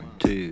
two